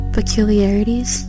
peculiarities